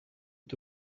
est